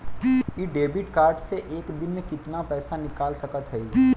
इ debit card से एक दिन मे कितना पैसा निकाल सकत हई?